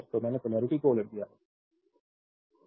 तो मैंने पोलेरिटी को उलट दिया है